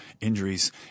injuries